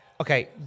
Okay